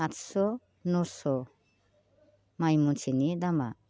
आतस' नौस' माइ मनसेनि दामआ